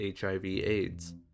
HIV-AIDS